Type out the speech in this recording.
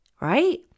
right